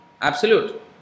absolute